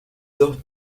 dos